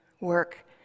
work